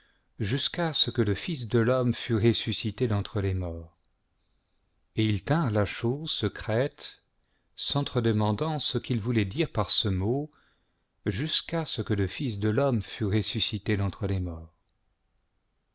jusqu'cà ce que le fils de l'homme fut ressuscité d'entre les morts et ils tinrent u chose secrète s'entre demandant ce qu'il voulait dire par ce mot jusqu'à ce que le fils de vhomme fût ressuscité d'entre les morts